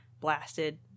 blasted